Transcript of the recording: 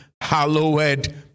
hallowed